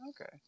okay